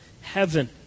heaven